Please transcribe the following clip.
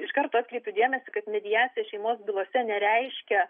iš karto atkreipiu dėmesį kad mediacija šeimos bylose nereiškia